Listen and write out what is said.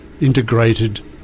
Integrated